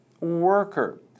worker